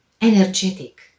energetic